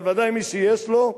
אבל ודאי מי שיש לו,